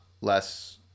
less